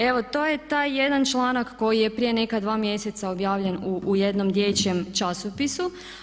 Evo to je taj jedan članak koji je prije neka dva mjeseca objavljen u jednom dječjem časopisu.